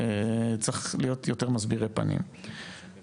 צריך להיות יותר מסבירי פנים,